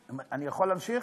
אני יכול להמשיך?